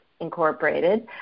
Incorporated